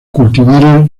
cultivares